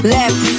Left